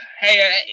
Hey